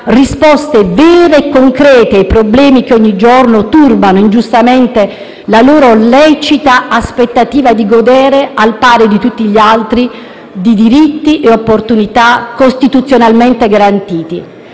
risposte vere e concrete ai problemi che ogni giorno turbano ingiustamente la loro lecita aspettativa di godere - al pari di tutti gli altri - di diritti e opportunità costituzionalmente garantiti.